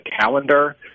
calendar